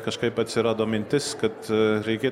kažkaip atsirado mintis kad reikia